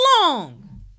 long